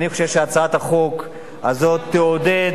אני חושב שהצעת החוק הזאת תעודד